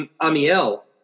Amiel